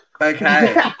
Okay